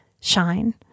shine